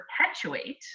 perpetuate